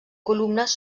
columnes